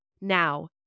Now